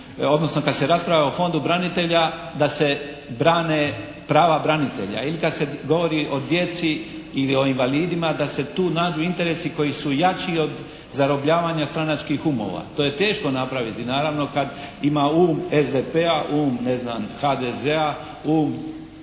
odnosno kad se raspravlja o Fondu branitelja da se brane prava branitelja. Ili kad se govori o djeci ili o invalidima da se tu nađu interesi koji su jači od zarobljavanja stranačkim umova. To je teško napraviti naravno kad ima um SDP-a, um, ne